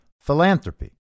philanthropy